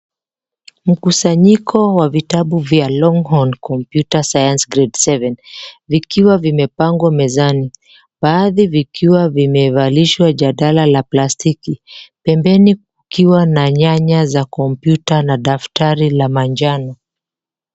Mkusanyiko wa vitabu vya Longhorn Computer Science Grade Seven , vikiwa vimepangwa mezani. Baadhi vikiwa vimevalishwa jadala la plastiki. Pembeni kukiwa na nyanya za kompyuta na daftari la manjano.